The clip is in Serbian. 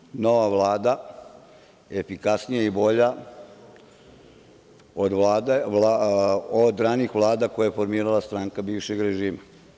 Toliko je nova Vlada efikasnija i bolja od ranijih vlada koje je formirala stranka bivšeg režima.